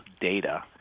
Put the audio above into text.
data